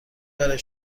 برای